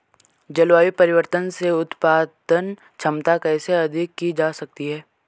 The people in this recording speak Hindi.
जलवायु परिवर्तन से उत्पादन क्षमता कैसे अधिक की जा सकती है?